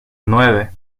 nueve